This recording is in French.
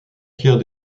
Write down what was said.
tiers